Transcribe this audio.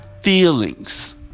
feelings